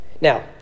Now